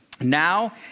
Now